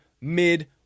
mid